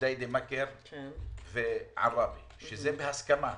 ג'דידה-מכר ועראבה, שם יש הסכמה,